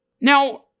Now